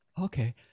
okay